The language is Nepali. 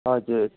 हजुर